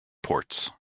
ports